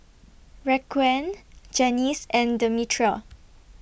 Raquan Janis and Demetria